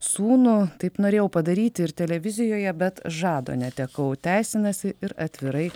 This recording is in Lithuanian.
sūnų taip norėjau padaryti ir televizijoje bet žado netekau teisinasi ir atvirai